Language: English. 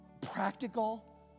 practical